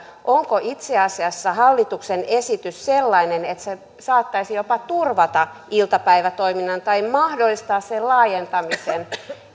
onko itse asiassa hallituksen esitys sellainen että se saattaisi jopa turvata iltapäivätoiminnan tai mahdollistaa sen laajentamisen